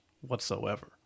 whatsoever